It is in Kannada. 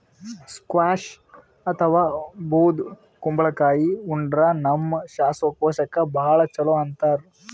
ಸ್ಕ್ವ್ಯಾಷ್ ಅಥವಾ ಬೂದ್ ಕುಂಬಳಕಾಯಿ ಉಂಡ್ರ ನಮ್ ಶ್ವಾಸಕೋಶಕ್ಕ್ ಭಾಳ್ ಛಲೋ ಅಂತಾರ್